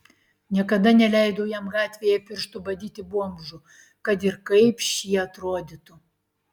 niekada neleidau jam gatvėje pirštu badyti bomžų kad ir kaip šie atrodytų